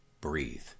breathe